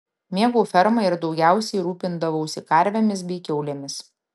mėgau fermą ir daugiausiai rūpindavausi karvėmis bei kiaulėmis